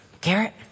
Garrett